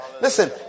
Listen